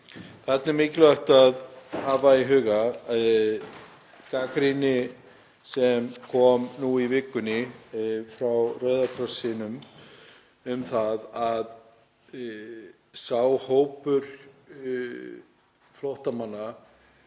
Þarna er mikilvægt að hafa í huga gagnrýni sem kom nú í vikunni frá Rauða krossinum á það að sá hópur flóttamanna